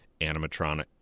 animatronic –